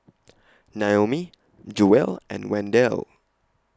Naomi Joelle and Wendel